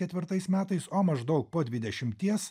ketvirtais metais o maždaug po dvidešimties